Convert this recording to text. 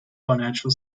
financial